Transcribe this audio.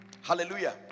hallelujah